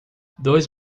dois